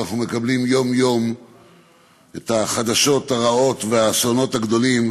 אנחנו מקבלים יום-יום את החדשות הרעות והאסונות הגדולים